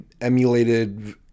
emulated